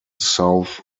south